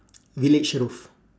village roof